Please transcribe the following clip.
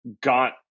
got